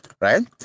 Right